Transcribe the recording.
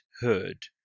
heard